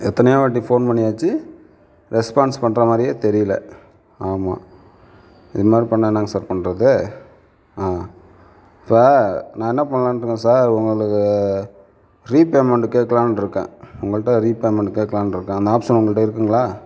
எத்தனையோவாட்டி phone பண்ணியாச்சு response பண்ணுற மாதிரியே தெரியலை ஆமாம் இது மாதிரி பண்ணால் என்னங்க சார் பண்ணுறது இப்போ நான் என்ன பண்ணலாம்னு இருக்கேன் சார் உங்களுக்கு ரீபேமெண்ட் கேக்கலாம்னு இருக்கேன் உங்கள்கிட்ட ரீபேமெண்ட் கேக்கலாம்னு இருக்கேன் அந்த ஆப்ஷன் உங்கள்கிட்ட இருக்குங்களா